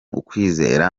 ukwizera